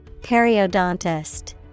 periodontist